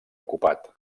ocupat